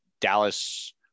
Dallas